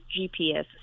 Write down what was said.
GPS